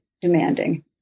demanding